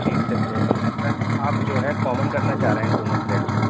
جی لگ جائے گی مطلب آپ جو ہے کامن کرنا چاہ رہے ہیں دونوں فلیٹس کو